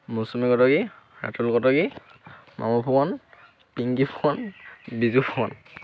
Mousumi Kataki Ratul Kataki Mamu Phukan Pinky Phukan Biju Phukan